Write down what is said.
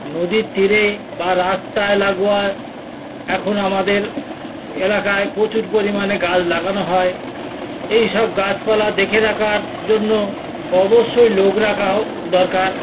নদীর তীরে বা রাস্তায় লাগোয়া এখন আমাদের এলাকায় প্রচুর পরিমাণে গাছ লাগানো হয় এইসব গাছপালা দেখে রাখার জন্য অবশ্যই লোক রাখাও দরকার